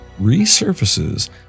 resurfaces